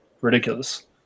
ridiculous